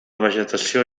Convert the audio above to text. vegetació